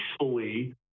peacefully